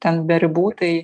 ten be ribų tai